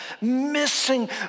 missing